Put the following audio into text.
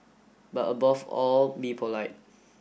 but above all be polite